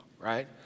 right